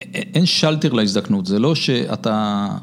אין שלטר להזדקנות, זה לא שאתה...